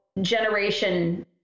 generation